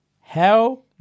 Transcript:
hell